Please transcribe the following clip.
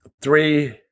three